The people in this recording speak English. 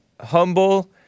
humble